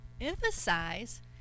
emphasize